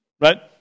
Right